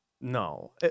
No